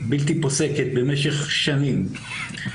בלתי פוסקת במשך שנים.